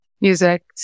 music